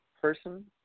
person